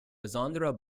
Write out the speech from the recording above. besondere